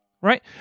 right